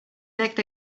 backed